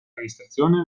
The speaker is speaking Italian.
amministrazione